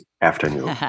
afternoon